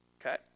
okay